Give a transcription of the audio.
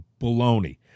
baloney